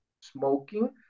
smoking